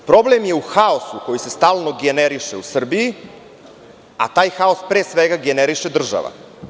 Problem je u haosu koji se stalno generiše u Srbiji, a taj haos pre svega generiše država.